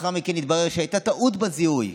ולאחר מכן התברר שהייתה טעות בזיהוי,